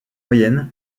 moyenne